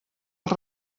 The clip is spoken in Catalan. els